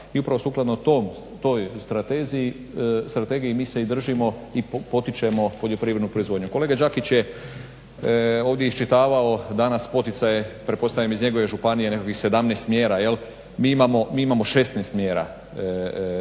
i upravo sukladno toj strategiji mi se i držimo i potičemo poljoprivrednu proizvodnji. Kolega Đakić je ovdje iščitavao danas poticaje, pretpostavljam iz njegove županije, nekakvih 17 mjera, mi imamo 16 mjera